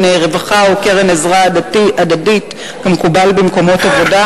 רווחה או קרן עזרה הדדית כמקובל במקומות עבודה.